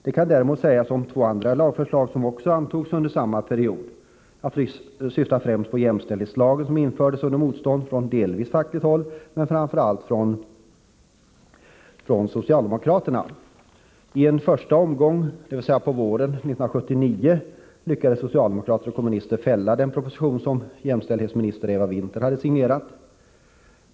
Det kan däremot sägas om två andra lagförslag, som också antogs under samma period. Jag syftar främst på jämställdhetslagen, som infördes under motstånd från delvis fackligt håll men framför allt från socialdemokraterna. I en första omgång, på våren 1979, lyckades socialdemokrater och kommunister fälla den proposition som jämställdhetsminister Eva Winther hade signerat.